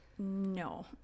No